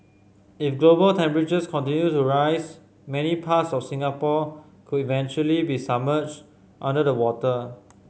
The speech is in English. if global temperatures continue to rise many parts of Singapore could eventually be submerge under the water